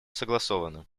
согласовано